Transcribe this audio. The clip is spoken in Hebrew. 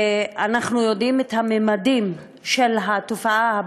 ואנחנו יודעים את הממדים של התופעה,